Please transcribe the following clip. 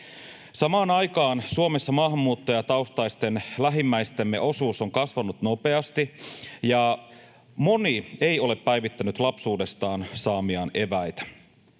Samaan aikaan Suomessa maahanmuuttajataustaisten lähimmäistemme osuus on kasvanut nopeasti, ja moni ei ole päivittänyt lapsuudestaan saamiaan eväitä.